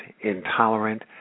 Intolerant